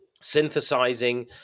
synthesizing